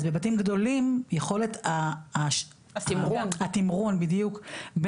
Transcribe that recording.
אז בבתים גדולים יכולת התמרון בין